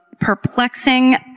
Perplexing